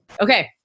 Okay